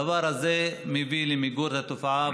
הדבר הזה יביא למיגור התופעה,